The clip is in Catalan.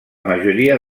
majoria